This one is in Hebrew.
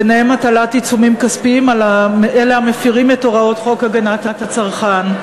ביניהן הטלת עיצומים כספיים על אלה המפרים את הוראות חוק הגנת הצרכן.